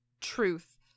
truth